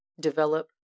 develop